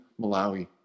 Malawi